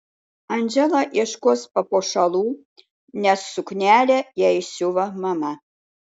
andžela ieškos papuošalų nes suknelę jai siuva mama